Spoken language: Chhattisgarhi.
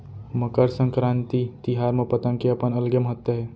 मकर संकरांति तिहार म पतंग के अपन अलगे महत्ता हे